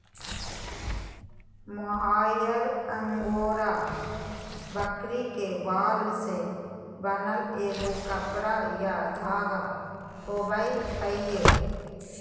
mohair angora बकरी के बाल से बनल एगो कपड़ा या धागा होबैय हइ